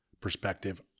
perspective